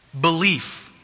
belief